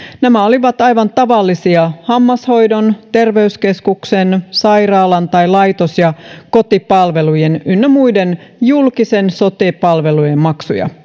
nämä olivat aivan tavallisia hammashoidon terveyskeskuksen sairaalan tai laitos ja kotipalvelujen ynnä muiden julkisten sote palvelujen maksuja